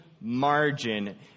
Margin